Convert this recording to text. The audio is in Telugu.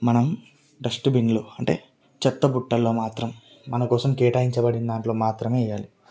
మనం డస్ట్ బిన్నులు అంటే చెత్తబుట్టల్లో మాత్రం మనకోసం కేటాయించబడిన దాంట్లో మాత్రమే వేయాలి